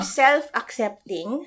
self-accepting